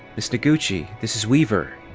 ms. noguchi, this is weaver.